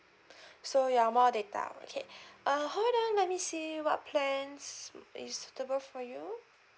so ya more data okay uh hold on let me see what plans is suitable for you